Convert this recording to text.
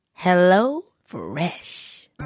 HelloFresh